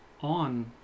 on